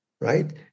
right